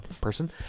person